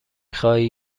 خواهی